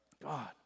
God